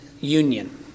union